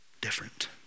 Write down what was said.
different